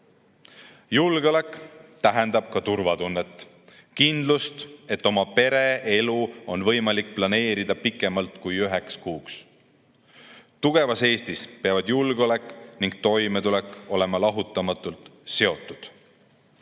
Julgeolek tähendab ka turvatunnet – kindlust, et oma pere elu on võimalik planeerida pikemalt kui üheks kuuks. Tugevas Eestis peavad julgeolek ja toimetulek olema lahutamatult